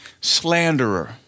slanderer